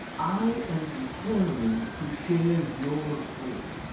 i am determined to share your fate,